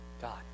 God